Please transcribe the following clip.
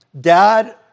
Dad